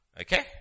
Okay